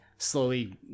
slowly